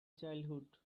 childhood